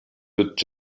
wird